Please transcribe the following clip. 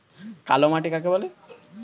কালো মাটি কাকে বলে?